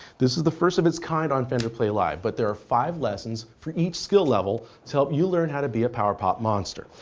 this is the first of its kind on fender play live. but there are five lessons for each skill level to help you learn how to be a power pop monster.